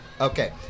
Okay